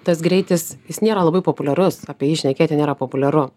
tas greitis jis nėra labai populiarus apie jį šnekėti nėra populiaru